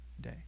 day